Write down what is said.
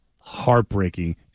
heartbreaking